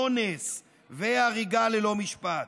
אונס והריגה ללא משפט.